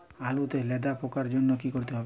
আলুতে লেদা পোকার জন্য কি করতে হবে?